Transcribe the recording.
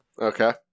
Okay